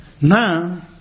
Now